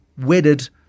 wedded